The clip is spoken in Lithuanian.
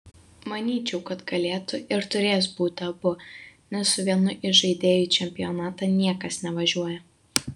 manyčiau kad galėtų ir turės būti abu nes su vienu įžaidėju į čempionatą niekas nevažiuoja